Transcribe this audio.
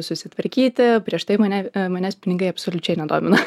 susitvarkyti prieš tai mane manęs pinigai absoliučiai nedomino